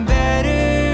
better